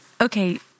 okay